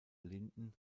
linden